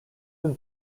been